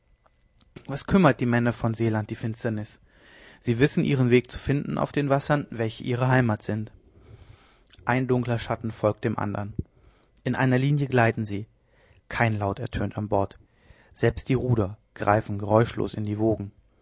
was kümmert die männer von seeland die finsternis sie wissen ihren weg zu finden auf den wassern welche ihre heimat sind ein dunkler schatten folgt dem andern in einer linie gleiten sie kein laut ertönt an bord selbst die ruder greifen geräuschlos ein in die wogen